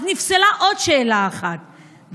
אז נפסלה עוד שאלה אחת,